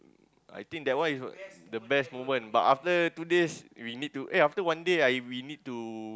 I think that one is the best moment but after two days we need to eh after one day I we need to